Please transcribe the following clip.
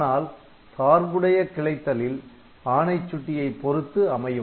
ஆனால் சார்புடைய கிளைத்தலில் ஆணை சுட்டியை பொருத்து அமையும்